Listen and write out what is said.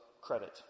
credit